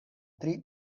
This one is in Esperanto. tri